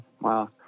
Wow